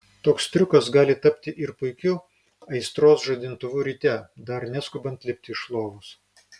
toks triukas gali tapti ir puikiu aistros žadintuvu ryte dar neskubant lipti iš lovos